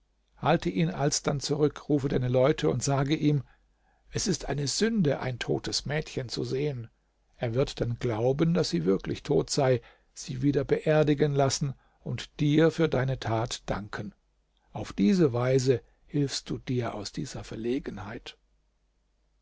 halte ihn alsdann zurück rufe deine leute und sage ihm es ist eine sünde ein totes mädchen zu sehen er wird dann glauben daß sie wirklich tot sei sie wieder beerdigen lassen und dir für deine tat danken auf diese weise hilfst du dir aus dieser verlegenheit